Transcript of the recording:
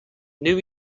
new